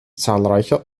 zahlreicher